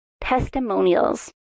testimonials